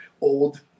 old